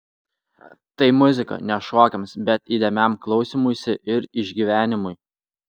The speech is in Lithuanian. tai muzika ne šokiams bet įdėmiam klausymuisi ir išgyvenimui